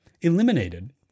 eliminated